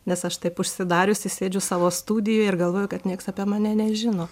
nes aš taip užsidariusi sėdžiu savo studijoj ir galvoju kad nieks apie mane nežino